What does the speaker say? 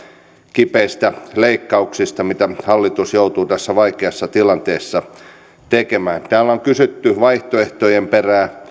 kipeiltä leikkauksilta mitä hallitus joutuu tässä vaikeassa tilanteessa tekemään täällä on kysytty vaihtoehtojen perään